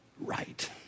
right